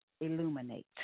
illuminate